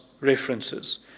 references